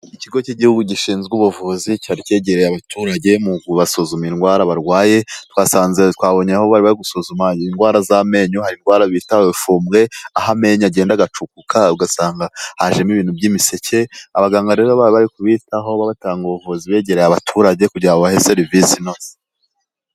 Ikigo cy'igihugu gishinzwe ubuvuzi cyari cyegereye abaturage mu kubasuzuma indwara barwaye, twabonye aho bari bari gusuzuma indwara z'amenyo, hari indwara bita ifumbwe, aho amenyo agenda agacukuka ugasanga hajemo ibintu by'imiseke, abaganga rero baba bari kubitaho batanga ubuvuzi begereye abaturage kugira ngo babahe serivisi inoze.